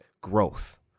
growth